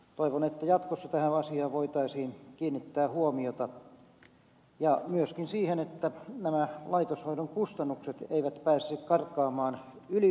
toivon että jatkossa tähän asiaan voitaisiin kiinnittää huomiota ja myöskin siihen että nämä laitoshoidon kustannukset eivät pääsisi karkaamaan ylisuuriksi